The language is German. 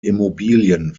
immobilien